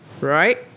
Right